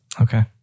Okay